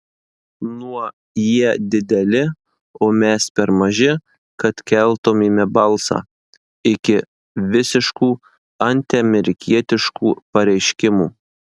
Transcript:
nuo jie dideli o mes per maži kad keltumėme balsą iki visiškų antiamerikietiškų pareiškimų